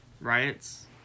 Riots